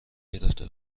گرفته